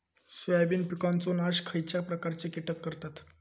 Soybean पिकांचो नाश खयच्या प्रकारचे कीटक करतत?